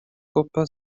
coppa